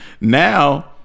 Now